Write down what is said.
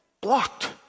blocked